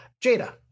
Jada